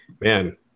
man